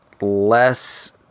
less